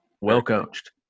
well-coached